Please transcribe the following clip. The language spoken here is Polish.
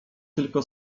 tylko